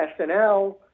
SNL